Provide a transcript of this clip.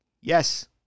Yes